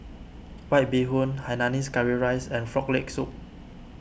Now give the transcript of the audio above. White Bee Hoon Hainanese Curry Rice and Frog Leg Soup